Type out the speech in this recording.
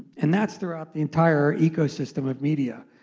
and that's throughout the entire ecosystem of media.